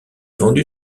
vendue